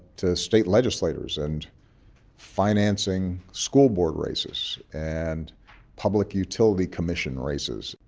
to state legislators and financing school board races and public utility commission races.